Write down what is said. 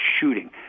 shooting